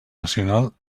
nacional